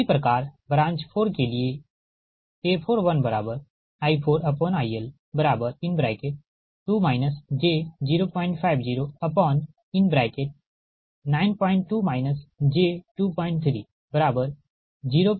इसी प्रकार ब्रांच 4 के लिए A41I4IL2 j05092 j2302174